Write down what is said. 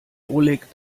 oleg